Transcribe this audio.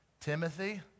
Timothy